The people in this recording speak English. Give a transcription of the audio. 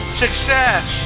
success